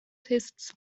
tastes